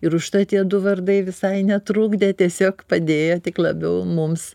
ir užtat tie du vardai visai netrukdė tiesiog padėjo tik labiau mums